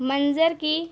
منظر کی